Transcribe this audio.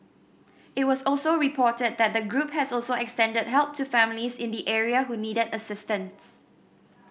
it was also reported that the group has also extended help to families in the area who needed assistance